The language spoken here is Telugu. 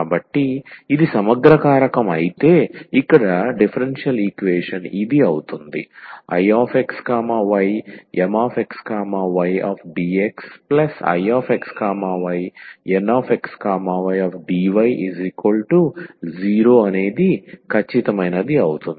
కాబట్టి ఇది సమగ్ర కారకం అయితే ఇక్కడ డిఫరెన్షియల్ ఈక్వేషన్ ఇది IxyMxydxIxyNxydy0 ఖచ్చితమైనది అవుతుంది